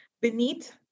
beneath